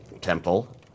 Temple